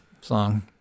song